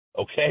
okay